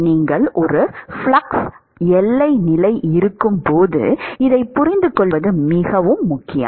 நீங்கள் ஒரு ஃப்ளக்ஸ் எல்லை நிலை இருக்கும்போது இதைப் புரிந்துகொள்வது மிகவும் முக்கியம்